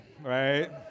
right